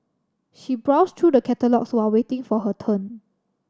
she browse through the catalogues while waiting for her turn